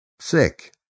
sick